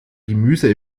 gemüse